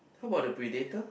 how about the Predator